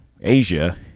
Asia